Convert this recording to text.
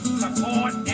support